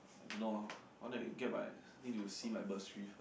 I don't know ah I want to get my need to see my bursary first